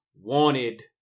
wanted